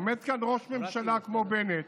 עומד כאן ראש ממשלה כמו בנט,